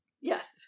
Yes